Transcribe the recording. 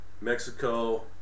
Mexico